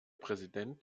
präsident